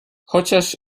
chociaż